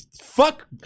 Fuck